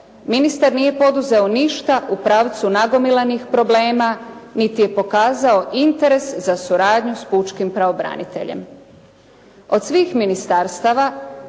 Ministar nije poduzeo ništa u pravcu nagomilanih problema niti je pokazao interes za suradnju s pučkim pravobraniteljem. Od svih ministarstava